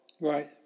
Right